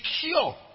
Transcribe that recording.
cure